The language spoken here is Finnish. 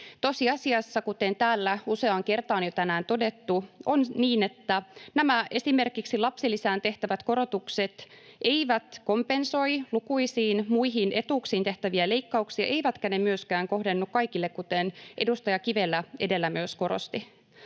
Tosiasiassa, kuten täällä on jo useaan kertaan tänään todettu, on se, että esimerkiksi nämä lapsilisään tehtävät korotukset eivät kompensoi lukuisiin muihin etuuksiin tehtäviä leikkauksia eivätkä ne myöskään kohdennu kaikille, kuten myös edustaja Kivelä edellä korosti.